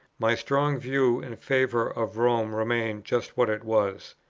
my strong view in favour of rome remained just what it was.